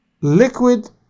liquid